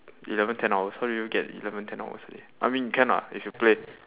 eleven ten hours how do you get eleven ten hours a day I mean can ah if you play